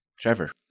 Trevor